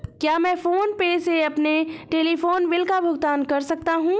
क्या मैं PhonePe से अपने टेलीफोन बिल का भुगतान कर सकता हूँ?